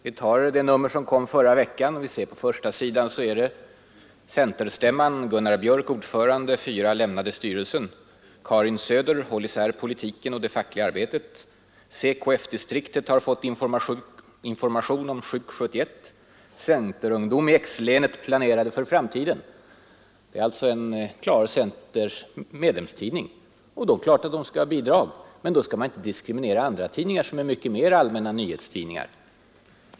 I det nummer som kom ut förra veckan står det på första sidan: ”Karin Söder: Håll isär politiken och fackliga arbetet.” ”CKF-distriktet har fått information om Sjuk-71.” Det är alltså en klar medlemstidning för centern. Det är givet att den skall ha bidrag. Men då skall man inte diskriminera andra tidningar som i mycket högre grad är allmänna nyhetstidningar.